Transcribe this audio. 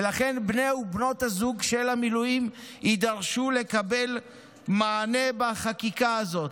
ולכן בני ובנות הזוג של אנשי המילואים יידרשו לקבל מענה בחקיקה הזאת.